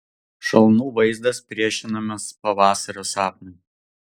šalnų vaizdas priešinamas pavasario sapnui